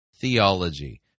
theology